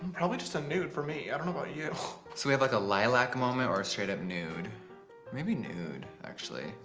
probably just a nude for me. i don't know about yes, so we have like a lilac moment or straight-up nude maybe nude actually,